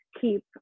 keep